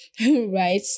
right